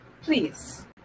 Please